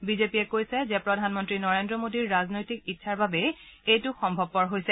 বিজেপিয়ে কৈছে যে প্ৰধানমন্ত্ৰী নৰেন্দ্ৰ মোদীৰ ৰাজনৈতিক ইচ্ছাৰ বাবেই এইটো সম্ভৱপৰ হৈছে